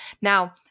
now